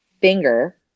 finger